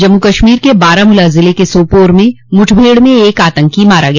जम्मू कश्मीर के बारामूला जिले के सोपोर में मुठभेड़ में एक आतंकी मारा गया